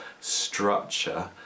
structure